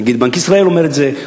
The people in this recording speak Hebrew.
נגיד בנק ישראל אומר את זה,